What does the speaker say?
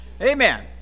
Amen